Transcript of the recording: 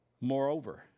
Moreover